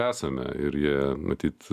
esame ir jie matyt